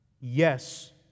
Yes